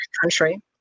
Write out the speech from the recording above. country